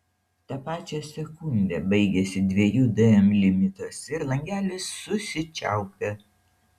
tą pačią sekundę baigiasi dviejų dm limitas ir langelis susičiaupia